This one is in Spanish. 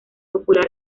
popular